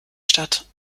statt